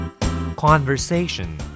Conversation